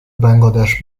bangladesh